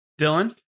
Dylan